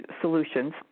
solutions